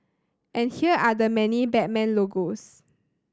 and here are the many Batman logos